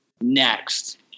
next